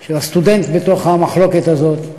של הסטודנט בתוך המחלוקת הזאת.